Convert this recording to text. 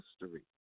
history